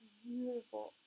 beautiful